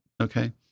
okay